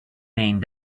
laying